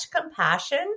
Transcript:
compassion